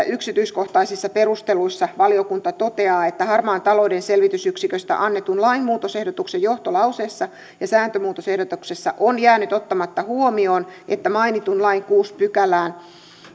yksityiskohtaisissa perusteluissa valiokunta toteaa että harmaan talouden selvitysyksiköstä annetun lain muutosehdotuksen johtolauseessa ja sääntömuutosehdotuksessa on jäänyt ottamatta huomioon että mainitun lain kuudenteen pykälään